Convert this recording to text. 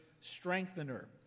strengthener